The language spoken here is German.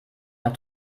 noch